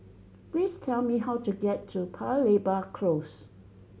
please tell me how to get to Paya Lebar Close